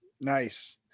Nice